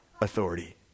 authority